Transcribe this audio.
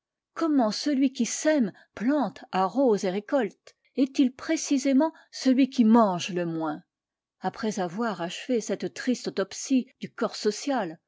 comment celui qui sème plante arrose et récolte est-il précisément celui qui mange le moins après avoir achevé cette triste autopsie du corps social